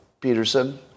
Peterson